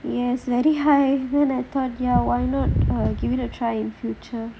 yes very high why not I give it a try in the future